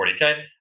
40K